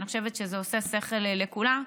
אני חושבת שזה עושה שכל לכולם.